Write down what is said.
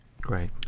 Great